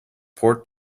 port